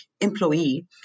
employee